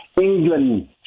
England